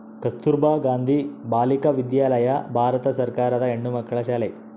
ಕಸ್ತುರ್ಭ ಗಾಂಧಿ ಬಾಲಿಕ ವಿದ್ಯಾಲಯ ಭಾರತ ಸರ್ಕಾರದ ಹೆಣ್ಣುಮಕ್ಕಳ ಶಾಲೆ